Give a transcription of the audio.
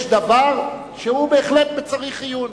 יש דבר שהוא בהחלט ב"צריך עיון".